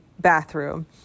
bathroom